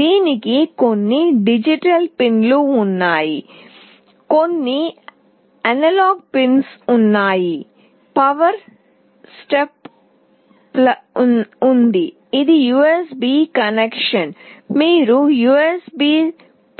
దీనికి కొన్ని digital pins ఉన్నాయి కొన్ని అనలాగ్ పిన్స్ ఉన్నాయి పవర్ సప్లై ఉంది ఇది U S B కనెక్షన్ మీరు USB